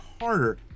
harder